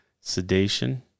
sedation